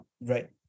right